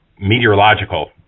meteorological